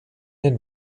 den